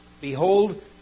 Behold